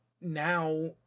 now